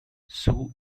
sue